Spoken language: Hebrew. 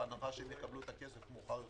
בהנחה שיקבלו את הכסף מאוחר יותר,